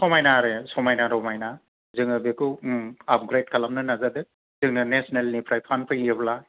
समायना आरो समायना रमायना जोङो बिखौ आपग्रेद खालामनो नाजादों जोङो नेसनेल निफ्राय फान फैयोब्ला